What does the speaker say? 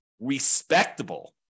respectable